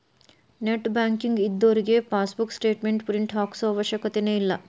net banking ಇದ್ದೋರಿಗೆ passbook statement print ಹಾಕ್ಸೋ ಅವಶ್ಯಕತೆನ ಇಲ್ಲಾ